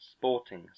sporting